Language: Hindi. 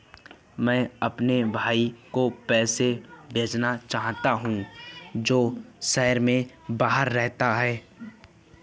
मैं अपने भाई को पैसे भेजना चाहता हूँ जो शहर से बाहर रहता है